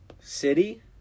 City